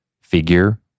figure